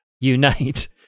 Unite